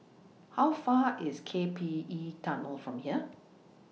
How Far IS K P E Tunnel from here